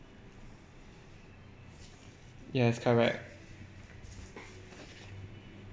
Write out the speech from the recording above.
yes correct